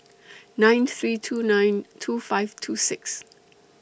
nine three two nine two five two six